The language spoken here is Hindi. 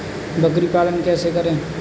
बकरी पालन कैसे करें?